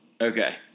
okay